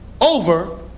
over